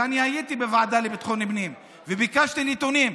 ואני הייתי בוועדה לביטחון הפנים וביקשתי נתונים.